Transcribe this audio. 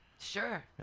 Sure